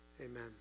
amen